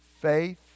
faith